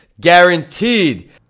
guaranteed